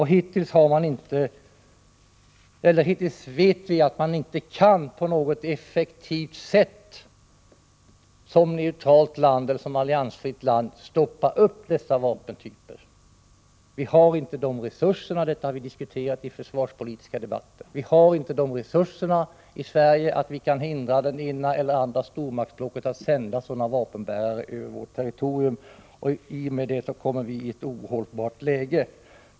Hittills vet vi att vi inte på något effektivt sätt kan som ett alliansfritt och neutralt land stoppa dessa vapentyper. Vi har inte de resurserna. Detta har vi diskuterat i den försvarspolitiska debatten. Vi har inte sådana resurser i Sverige att vi kan hindra det ena eller det andra stormaktsblocket att sända sådana vapenbärare över vårt territorium. I och med detta kommer vi i ett ohållbart läge.